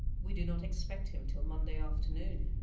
we do not expect him till monday afternoon.